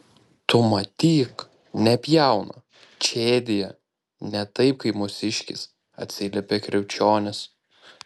tu matyk nepjauna čėdija ne taip kaip mūsiškis atsiliepė kriaučionis